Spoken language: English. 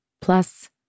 plus